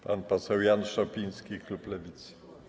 Pan poseł Jan Szopiński, klub Lewicy.